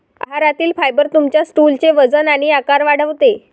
आहारातील फायबर तुमच्या स्टूलचे वजन आणि आकार वाढवते